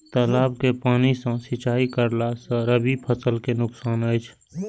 तालाब के पानी सँ सिंचाई करला स रबि फसल के नुकसान अछि?